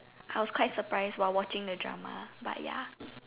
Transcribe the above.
I was quite surprised while watching the drama but ya